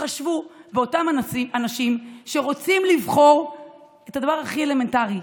תתחשבו באותם אנשים שרוצים לבחור את הדבר הכי אלמנטרי,